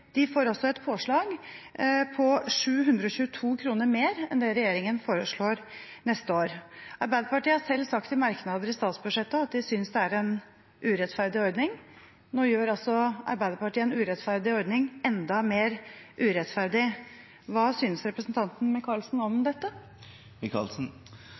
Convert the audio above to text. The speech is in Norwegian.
de får et påslag på 722 kr mer enn det regjeringen foreslår neste år. Arbeiderpartiet har selv sagt i merknader i statsbudsjettet at de synes det er en urettferdig ordning. Nå gjør Arbeiderpartiet en urettferdig ordning enda mer urettferdig. Hva synes representanten Micaelsen om